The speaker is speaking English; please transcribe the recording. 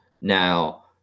now